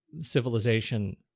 civilization